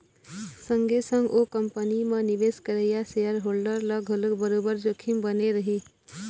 संगे संग ओ कंपनी म निवेश करइया सेयर होल्डर ल घलोक बरोबर जोखिम बने रही